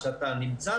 להיכן שאתה נמצא,